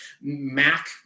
mac